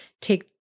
take